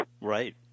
Right